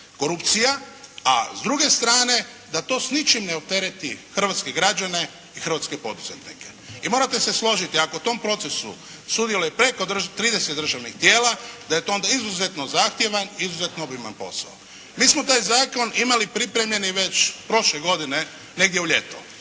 korupcija. A s druge strane, da to s ničim ne optereti hrvatske građane i hrvatske poduzetnike. I morate se složiti ako u tom procesu sudjeluje preko 30 državnih tijela, da je to onda izuzetno zahtjevan, izuzetno obiman posao. Mi smo taj zakon imali pripremljeni već prošle godine, negdje u ljeto.